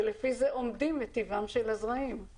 ולפי זה אומדים את טיבם של הזרעים.